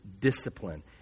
Discipline